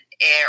air